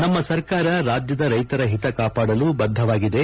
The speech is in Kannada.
ನಮ್ಮ ಸರ್ಕಾರ ರಾಜ್ಯದ ರೈತರ ಹಿತ ಕಾಪಾಡಲು ಬದ್ಧವಾಗಿದೆ